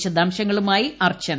വിശദാംശങ്ങളുമായി അർച്ചന